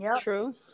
True